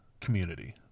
Community